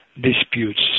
disputes